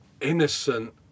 innocent